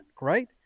right